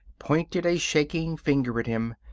pointed a shaking finger at him.